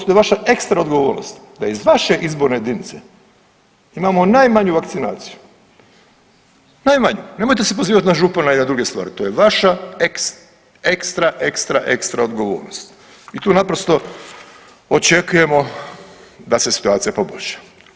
To je vaša ekstra odgovornost, da iz vaše izborne jedinice imamo najmanju vakcinaciju, najmanju, nemojte se pozivat na župana i na druge stvari, to je vaša ekstra, ekstra, ekstra odgovornost i tu naprosto očekujemo da se situacija poboljša.